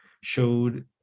showed